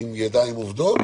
עם ידיים עובדות,